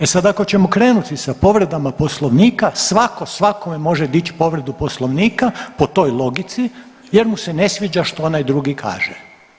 E sad ako ćemo krenuti sa povredama poslovnika svako svakome može dići povredu poslovnika po toj logici jer mu se ne sviđa što onaj drugi kaže.